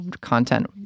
content